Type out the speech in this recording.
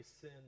sin